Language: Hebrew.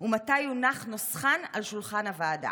2. מתי יונח נוסחן על שולחן הוועדה?